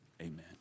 Amen